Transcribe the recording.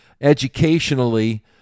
educationally